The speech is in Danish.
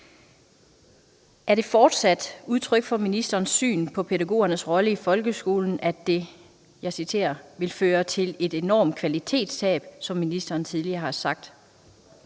Er det fortsat udtryk for ministerens syn på pædagogernes rolle i folkeskolen, at det vil »føre til et enormt kvalitetstab«, som ministeren tidligere har udtalt?